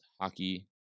hockey